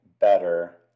better